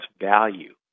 value